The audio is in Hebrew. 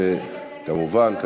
רגע, רגע, תן לי להגיע.